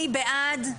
מי בעד?